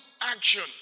action